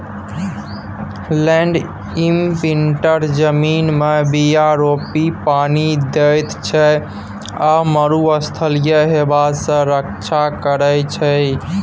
land imprinter जमीनमे बीया रोपि पानि दैत छै आ मरुस्थलीय हबा सँ रक्षा करै छै